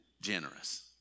generous